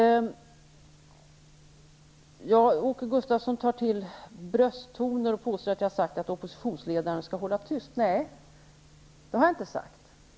Åke Gustavsson tar till brösttoner och påstår att jag har sagt att oppositionsledaren skall hålla tyst. Nej, det har jag inte sagt.